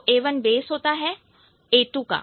तो A1base होता है A2 का